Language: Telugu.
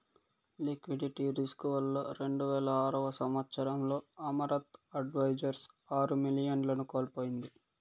లిక్విడిటీ రిస్కు వల్ల రెండువేల ఆరవ సంవచ్చరంలో అమరత్ అడ్వైజర్స్ ఆరు మిలియన్లను కోల్పోయింది